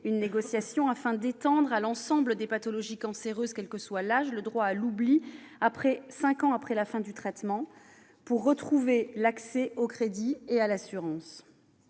une négociation, afin d'étendre à l'ensemble des pathologies cancéreuses, quel que soit l'âge, le droit à l'oubli cinq ans après la fin du traitement, pour retrouver l'accès au crédit et à l'assurance.